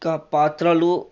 కా పాత్రలు